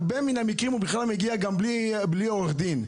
במקרים רבים האזרח מגיע בלי עורך דין.